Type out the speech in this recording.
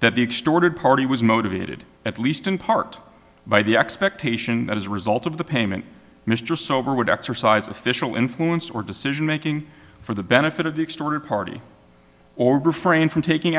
that the extorted party was motivated at least in part by the expectation that as a result of the payment mr silver would exercise official influence or decision making for the benefit of the extorted party or refrain from taking